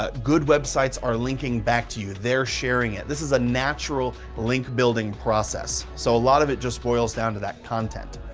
ah good websites are linking back to you, they're sharing it. this is a natural link building process. so, a lot of it just boils down to that content.